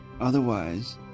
Otherwise